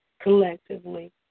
collectively